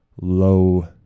low